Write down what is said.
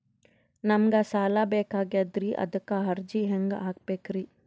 ನಮಗ ಸಾಲ ಬೇಕಾಗ್ಯದ್ರಿ ಅದಕ್ಕ ಅರ್ಜಿ ಹೆಂಗ ಹಾಕಬೇಕ್ರಿ?